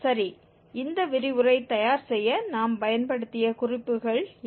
சரி இந்த விரிவுரை தயார் செய்ய நாம் பயன்படுத்திய குறிப்புகள் இவை